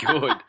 good